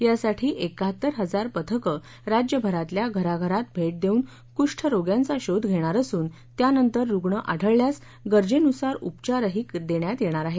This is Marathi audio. यासाठी एकाहत्तर हजार पथकं राज्यभरातल्या घराघरात भेट देऊन कुष्ठरोग्यांचा शोध घेणार असून त्यानंतर रुण आढळल्यास गरजेनुसार उपचारही देण्यात येणार आहेत